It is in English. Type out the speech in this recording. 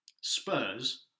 Spurs